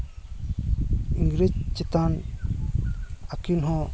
ᱤᱝᱨᱮᱡᱽ ᱪᱮᱛᱟᱱ ᱟᱠᱤᱱ ᱦᱚᱸ